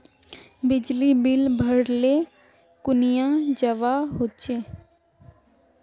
बिजली बिल भरले कुनियाँ जवा होचे?